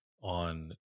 on